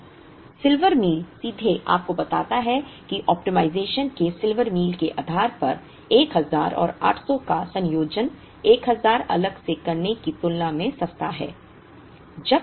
तो Silver Meal सीधे आपको बताता है कि ऑप्टिमाइज़ेशन के सिल्वर मील के आधार पर 1000 और 800 का संयोजन 1000 अलग से करने की तुलना में सस्ता है